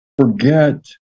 forget